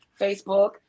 facebook